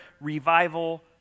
revival